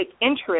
interest